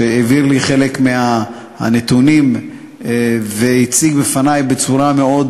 שהעביר לי חלק מהנתונים והציג בפני, בצורה מאוד